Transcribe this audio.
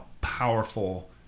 powerful